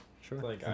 Sure